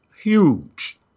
Huge